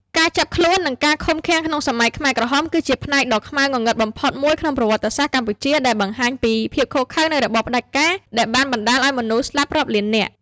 ការចាប់ខ្លួន និងការឃុំឃាំងក្នុងសម័យខ្មែរក្រហម គឺជាផ្នែកដ៏ខ្មៅងងឹតបំផុតមួយក្នុងប្រវត្តិសាស្ត្រកម្ពុជា ដែលបង្ហាញពីភាពឃោរឃៅនៃរបបផ្តាច់ការដែលបានបណ្តាលឱ្យមនុស្សស្លាប់រាប់លាននាក់។